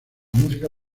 música